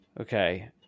Okay